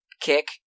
kick